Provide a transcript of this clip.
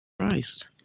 Christ